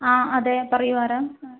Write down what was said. ആ അതേ പറയൂ ആരാന്ന്